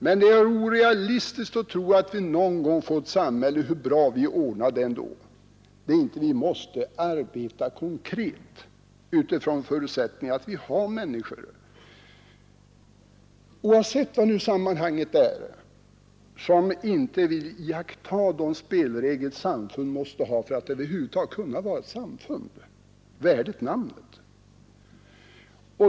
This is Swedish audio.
Men det är orealistiskt att tro att vi någon gång får ett harmoniskt samhälle hur bra vi än ordnar det. Vi måste arbeta utifrån den förutsättningen att det finns människor som — oavsett hur vi har det ordnat — inte vill iaktta de spelregler ett samhälle måste ha för att över huvud taget kunna fungera.